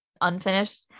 unfinished